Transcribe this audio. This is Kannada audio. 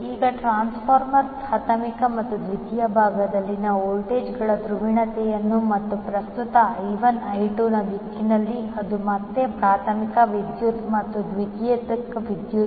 ಈಗ ಟ್ರಾನ್ಸ್ಫಾರ್ಮರ್ನ ಪ್ರಾಥಮಿಕ ಮತ್ತು ದ್ವಿತೀಯಕ ಭಾಗದಲ್ಲಿರುವ ವೋಲ್ಟೇಜ್ಗಳ ಧ್ರುವೀಯತೆ ಮತ್ತು ಪ್ರಸ್ತುತ I1I2 ನ ದಿಕ್ಕಿನಲ್ಲಿ ಅದು ಮತ್ತೆ ಪ್ರಾಥಮಿಕ ವಿದ್ಯುತ್ ಮತ್ತು ದ್ವಿತೀಯಕ ವಿದ್ಯುತ್